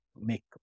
make